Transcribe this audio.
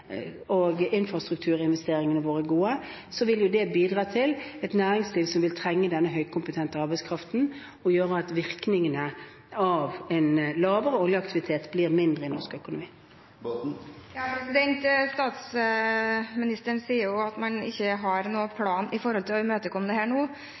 og infrastruktur er gode, vil det bidra til et næringsliv som vil trenge denne høykompetente arbeidskraften, og gjøre at virkningene av en lavere oljeaktivitet blir mindre i norsk økonomi. Statsministeren sier at man ikke har noen plan for å imøtekomme dette nå.